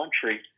country